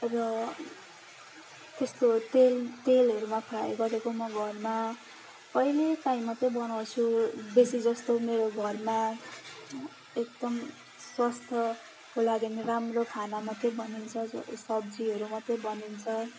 र त्यस्तो तेल तेलहरूमा फ्राई गरेको म घरमा कहिलेकाहीँ मात्रै बनाउँछु बेसी जस्तो मेरो घरमा एकदम स्वास्थ्यको लागि राम्रो खाना मात्रै बनिन्छ सब्जीहरू मात्रै बनिन्छ